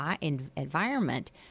environment